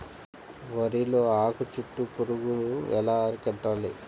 వరిలో ఆకు చుట్టూ పురుగు ఎలా అరికట్టాలి?